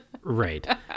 Right